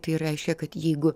tai reiškia kad jeigu